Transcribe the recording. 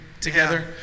together